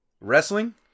Wrestling